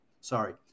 sorry